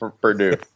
Purdue